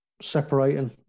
separating